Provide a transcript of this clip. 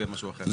זה משהו אחר,